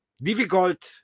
Difficult